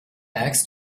bags